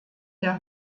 der